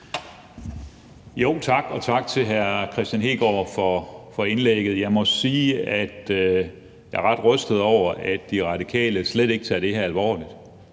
Tak, og tak til hr. Kristian Hegaard for indlægget. Jeg må sige, at jeg er ret rystet over, at De Radikale slet ikke tager det her alvorligt.